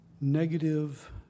negative